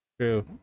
true